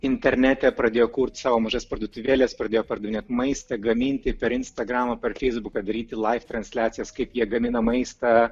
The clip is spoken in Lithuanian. internete pradėjo kurti savo mažos parduotuvėles pradėjo pardavinėti maistą gaminti per instagramą per feisbuką daryti laif transliacijas kaip jie gamina maistą